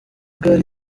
gari